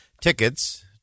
tickets